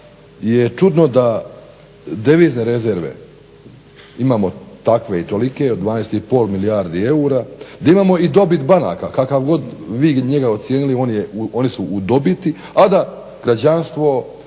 je čudno da devizne rezerve imamo takve i tolike od 12,5 milijardi eura, da imamo i dobit banaka kako god vi njega ocijenili oni su u dobiti, a da građanstvo,